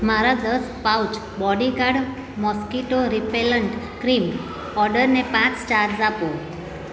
મારા દસ pouch bodyguard mosquito repellent cream ઓર્ડરને પાંચ સ્ટાર્સ આપો